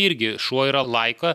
irgi šuo yra laika